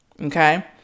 Okay